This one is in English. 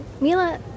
Mila